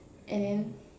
and then